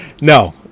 no